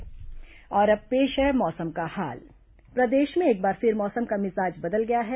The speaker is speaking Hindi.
मौसम और अब पेश है मौसम का हाल प्रदेश में एक बार फिर मौसम का मिजाज बदल गया है